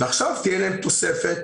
עכשיו תהיה להן תוספת,